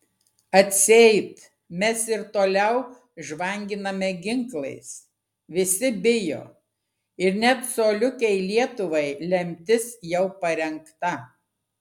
atseit mes ir toliau žvanginame ginklais visi bijo ir net coliukei lietuvai lemtis jau parengta